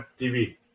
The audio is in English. TV